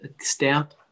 stamp